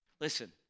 Listen